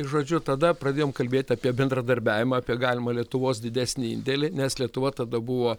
žodžiu tada pradėjom kalbėti apie bendradarbiavimą apie galimą lietuvos didesnį indėlį nes lietuva tada buvo